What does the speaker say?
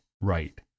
right